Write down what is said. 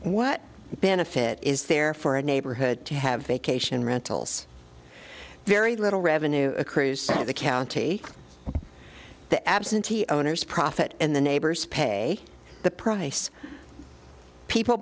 what benefit is there for a neighborhood to have vacation rentals very little revenue accrues to the county the absentee owners profit and the neighbors pay the price people